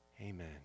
Amen